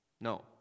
No